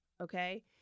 Okay